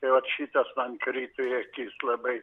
tai vat šitas man krito į akis labai